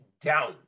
down